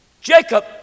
Jacob